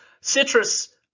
citrus